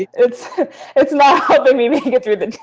it's it's not helping me me to get through the